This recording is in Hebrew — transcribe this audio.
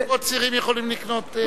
איך זוגות צעירים יכולים לקנות?